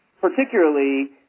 particularly